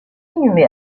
inhumé